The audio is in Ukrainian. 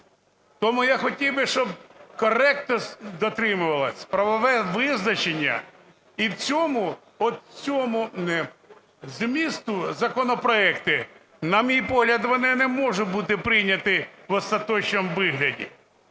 Тому я хотів би, щоб коректність дотримувалась, правове визначення. І в цьому, от у цьому змісті законопроекти, на мій погляд, вони не можуть бути прийняті в остаточному вигляді,